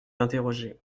interrogée